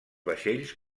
vaixells